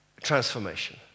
Transformation